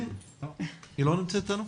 בבקשה.